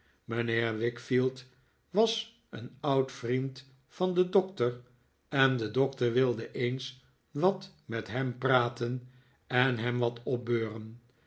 mijnheer wickfield was een oud vriend van den doctor en de doctor wilde eens wat met hem praten en hem wat opbeuren